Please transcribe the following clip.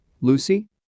lucy